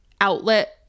outlet